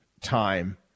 time